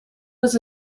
was